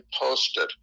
posted